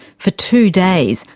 for two days,